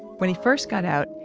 when he first got out,